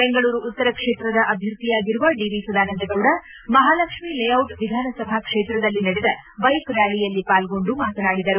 ಬೆಂಗಳೂರು ಉತ್ತರ ಕ್ಷೇತ್ರದ ಅಭ್ಯರ್ಥಿಯಾಗಿರುವ D V Sadananda Gowda Mahalakshmi layout ವಿಧಾನಸಭಾ ಕ್ಷೇತ್ರದಲ್ಲಿ ನಡೆದ ಬೈಕ್ ರ್ಕಾಲಿಯಲ್ಲಿ ಪಾಲ್ಗೊಂಡು ಅವರು ಮಾತನಾಡಿದರು